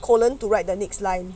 colon to write the next line